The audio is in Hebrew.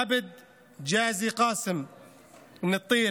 עבד ג'אזי קאסם מטירה,